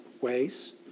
ways